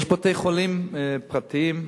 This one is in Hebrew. יש בתי-חולים פרטיים,